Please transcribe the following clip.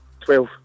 Twelve